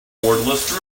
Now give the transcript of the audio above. cordless